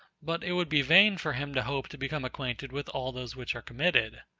but it would be vain for him to hope to become acquainted with all those which are committed.